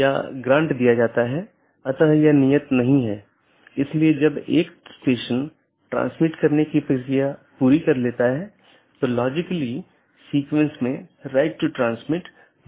इसका मतलब है कि BGP का एक लक्ष्य पारगमन ट्रैफिक की मात्रा को कम करना है जिसका अर्थ है कि यह न तो AS उत्पन्न कर रहा है और न ही AS में समाप्त हो रहा है लेकिन यह इस AS के क्षेत्र से गुजर रहा है